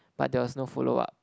but there was no follow up